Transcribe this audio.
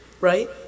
Right